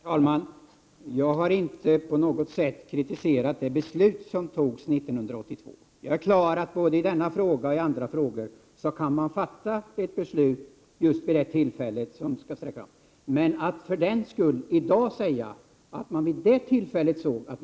Herr talman! Jag har inte på något sätt kritiserat det beslut som fattades 1982. Jag är klar över att man både i denna fråga och i andra frågor vid ett visst tillfälle kan fatta ett beslut och säga att det inte skall ha retroaktiv verkan.